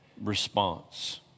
response